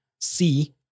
C-